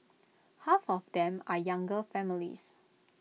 half of them are younger families